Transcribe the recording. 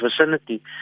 vicinity